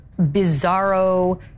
bizarro